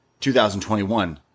2021